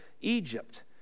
Egypt